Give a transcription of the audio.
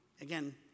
again